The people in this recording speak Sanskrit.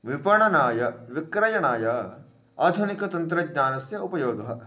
विपणनाय विक्रयणाय आधुनिकतन्त्रज्ञानस्य उपयोगः